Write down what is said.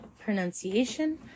Pronunciation